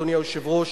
אדוני היושב-ראש,